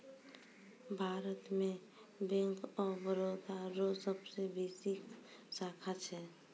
भारत मे bank of Baroda रो सबसे बेसी शाखा छै